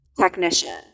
technician